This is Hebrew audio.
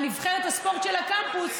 על נבחרת הספורט של הקמפוס,